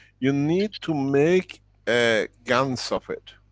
you need to make a gans of it.